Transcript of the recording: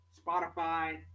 Spotify